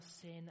sin